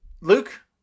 Luke